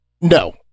No